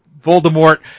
Voldemort